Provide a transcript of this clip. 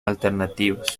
alternativos